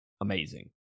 amazing